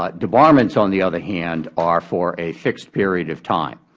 ah debarments, on the other hand, are for a fixed period of time,